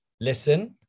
Listen